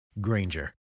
Granger